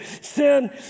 Sin